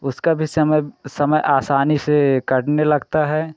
उसका भी समय समय आसानी से कटने लगता है